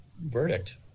verdict